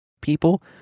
people